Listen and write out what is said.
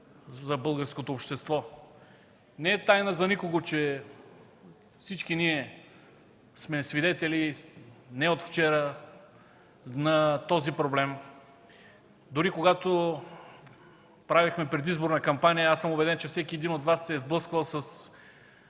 за българското общество. Не е тайна за никого, че всички сме свидетели не от вчера на този проблем. Дори когато правихме предизборна кампания, съм убеден, че всеки един от Вас се е сблъсквал с